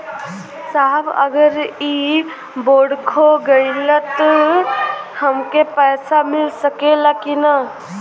साहब अगर इ बोडखो गईलतऽ हमके पैसा मिल सकेला की ना?